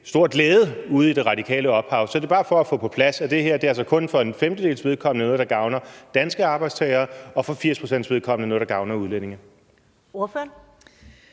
stor glæde ude i det radikale opland. Så det er bare for at få på plads, at det her altså kun for en femtedels vedkommende er noget, der gavner danske arbejdstagere, og for 80 pct.s vedkommende noget, der gavner udlændinge. Kl.